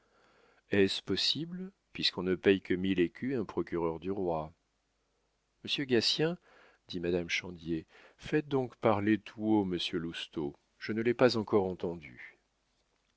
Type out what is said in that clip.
est-ce possible puisqu'on ne paye que mille écus un procureur du roi monsieur gatien dit madame chandier faites donc parler tout haut monsieur lousteau je ne l'ai pas encore entendu